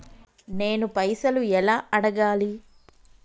నేను పైసలు ఎలా అడగాలి?